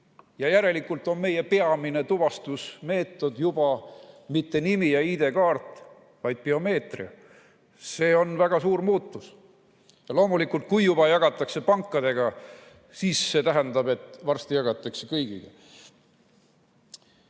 Järelikult on meie peamine tuvastusmeetod enam mitte nimi ja ID‑kaart, vaid biomeetria. See on väga suur muutus. Loomulikult, kui juba jagatakse pankadega, siis see tähendab, et varsti jagatakse kõigiga.